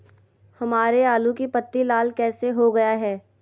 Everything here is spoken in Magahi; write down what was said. हमारे आलू की पत्ती लाल कैसे हो गया है?